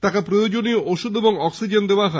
তাঁকে প্রয়োজনীয় ওষুধ এবং অক্সিজেন দেওয়া হয়